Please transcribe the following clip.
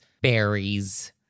berries